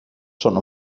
schon